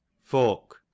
Fork